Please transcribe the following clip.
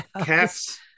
Cats